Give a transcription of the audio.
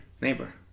Neighbor